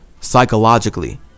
psychologically